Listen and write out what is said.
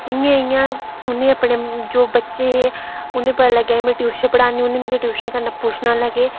इयां इयां उनें जो अपने बच्चे हे उनेंगी पता लग्गेआ में टयूशन पढ़ानी होनी मिगी टयूशने गल्ल पुच्छना लगे